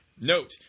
Note